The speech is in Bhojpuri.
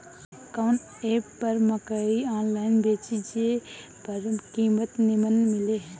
कवन एप पर मकई आनलाइन बेची जे पर कीमत नीमन मिले?